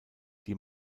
die